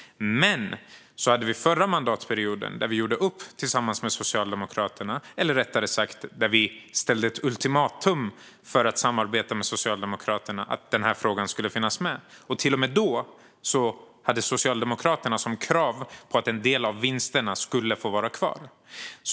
Under den förra mandatperioden gjorde vi upp med Socialdemokraterna om att frågan skulle finnas med, eller rättare sagt ställde vi det som ultimatum för att samarbeta med dem. Till och med då hade Socialdemokraterna som krav att en del av vinsterna skulle få vara kvar.